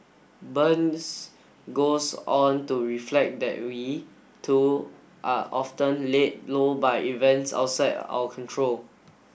burns goes on to reflect that we too are often laid low by events outside our control